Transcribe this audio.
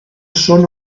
són